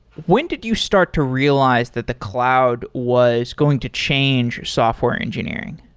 when did you start to realize that the cloud was going to change software engineering?